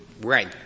right